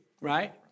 right